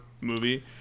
movie